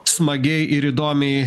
smagiai ir įdomiai